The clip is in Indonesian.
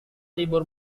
libur